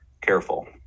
careful